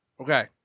Okay